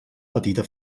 petita